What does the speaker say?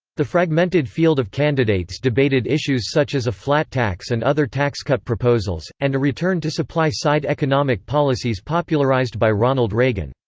the fragmented field of candidates debated issues such as a flat tax and other tax cut proposals, and a return to supply-side economic policies popularized by ronald reagan.